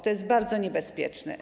To jest bardzo niebezpieczne.